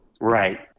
Right